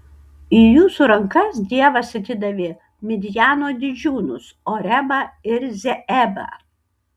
į jūsų rankas dievas atidavė midjano didžiūnus orebą ir zeebą